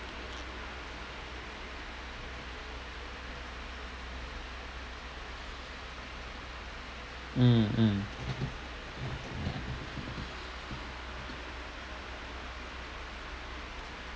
um mmhmm